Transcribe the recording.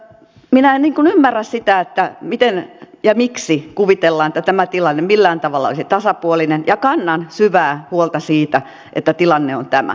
minä en ymmärrä sitä miten ja miksi kuvitellaan että tämä tilanne millään tavalla olisi tasapuolinen ja kannan syvää huolta siitä että tilanne on tämä